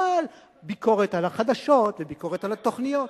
אבל ביקורת על החדשות וביקורת על התוכניות,